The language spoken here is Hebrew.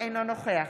אינו נוכח